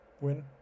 win